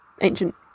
ancient